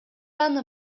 аны